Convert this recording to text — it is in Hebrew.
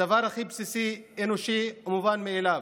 הדבר הכי בסיסי, אנושי ומובן מאליו.